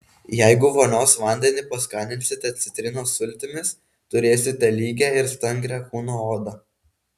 jeigu vonios vandenį paskaninsite citrinos sultimis turėsite lygią ir stangrią kūno odą